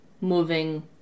moving